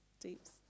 deeps